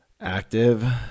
active